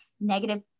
negative